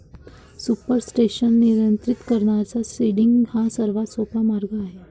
supersaturation नियंत्रित करण्याचा seeding हा सर्वात सोपा मार्ग आहे